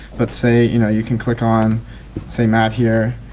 let's say you know you can click on say matt here